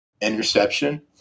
interception